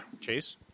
Chase